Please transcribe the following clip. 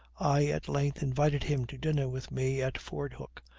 i at length invited him to dinner with me at fordhook,